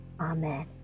Amen